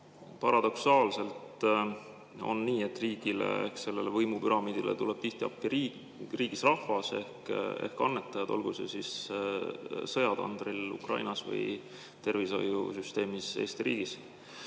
Paradoksaalselt on nii, et riigile ehk sellele võimupüramiidile tuleb tihti appi riigis rahvas ehk annetajad, olgu sõjatandril Ukrainas või tervishoiusüsteemis Eesti riigis.